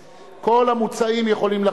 כל מה שאתה מתכוון לעשות זה רק שינויים מסעיף לסעיף